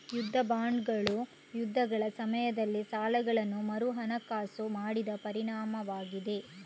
ಯುದ್ಧ ಬಾಂಡುಗಳು ಯುದ್ಧಗಳ ಸಮಯದಲ್ಲಿ ಸಾಲಗಳನ್ನು ಮರುಹಣಕಾಸು ಮಾಡಿದ ಪರಿಣಾಮವಾಗಿದೆ